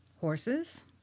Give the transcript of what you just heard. horses